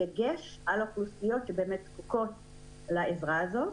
בדגש על האוכלוסיות שזקוקות לעזרה זו.